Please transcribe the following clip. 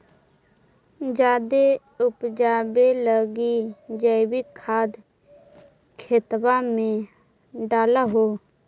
जायदे उपजाबे लगी जैवीक खाद खेतबा मे डाल हो?